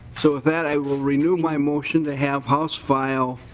so with that i will renew my motion to have house file